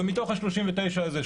ומתוך ה-39 האלה,